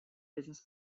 business